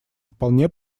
вполне